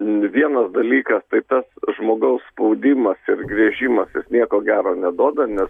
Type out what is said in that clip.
vienas dalykas tai tas žmogaus spaudimas ir gręžimas jis nieko gero neduoda nes